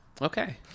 okay